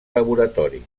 laboratori